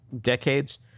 decades